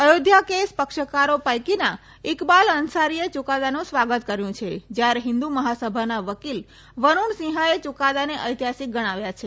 Ayodhya case પક્ષકારો પૈકીના ઇકબાલ અન્સારીએ ચુકાદાનું સ્વાગત કર્યુ છે જયારે હિંદુ મહાસભાના વકીલ વરૂણ સિંહાએ યુકાદાને ઐતિહાસીક ગણાવ્યા છે